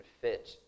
fit